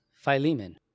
Philemon